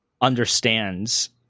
understands